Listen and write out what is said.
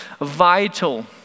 vital